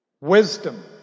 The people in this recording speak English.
Wisdom